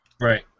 Right